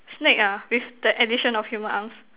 snake ah with the addition of human arms